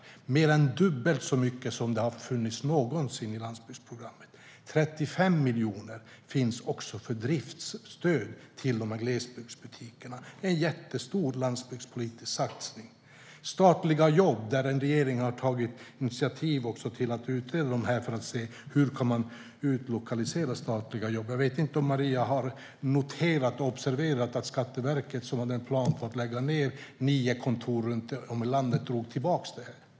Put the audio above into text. Det är mer än dubbelt så mycket som någonsin har funnits i landsbygdsprogrammet. Det finns också 35 miljoner för driftsstöd till glesbygdsbutikerna. Det är en jättestor landsbygdspolitisk satsning. Sedan gäller det statliga jobb. Regeringen har tagit initiativ till att utreda hur man kan utlokalisera statliga jobb. Jag vet inte om Maria har noterat och observerat att Skatteverket hade planer på att lägga ned nio kontor runt om i landet med drog tillbaka det.